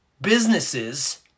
businesses